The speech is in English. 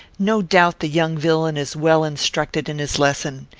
no doubt the young villain is well instructed in his lesson.